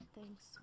Thanks